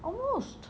almost